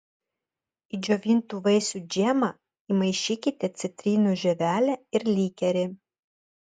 į džiovintų vaisių džemą įmaišykite citrinų žievelę ir likerį